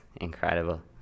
incredible